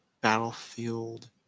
battlefield